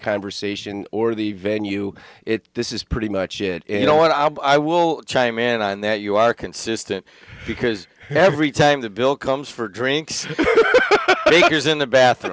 conversation or the venue it this is pretty much it you know i will chime in on that you are consistent because every time the bill comes for drinks there's in the bathroom